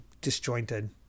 disjointed